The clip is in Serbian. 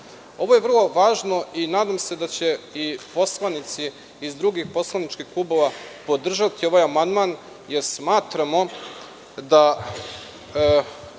je vrlo važno i nadam se da će i poslanici iz drugih poslaničkih klubova podržati ovaj amandman, jer smatramo da